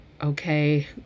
okay